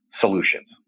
solutions